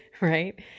right